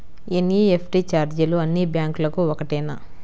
NEFT ఛార్జీలు అన్నీ బ్యాంక్లకూ ఒకటేనా?